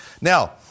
Now